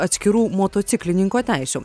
atskirų motociklininko teisių